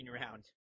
round